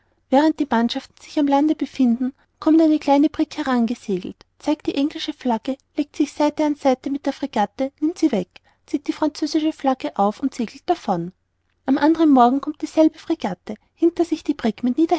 während die mannschaften sich am lande befinden kommt eine kleine brigg herangesegelt zeigt die englische flagge legt sich seite an seite mit der fregatte nimmt sie weg zieht die französische flagge auf und segelt davon am andern morgen kommt dieselbe fregatte hinter sich die